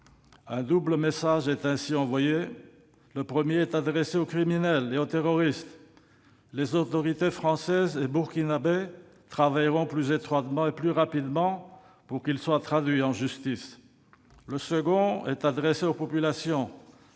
Un double message est ainsi envoyé. Le premier est adressé aux criminels et aux terroristes : les autorités françaises et burkinabées travailleront plus étroitement et plus rapidement pour que ceux-ci soient traduits en justice. Le second est adressé aux populations